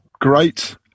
great